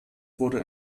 wurde